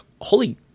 Holy